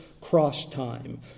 cross-time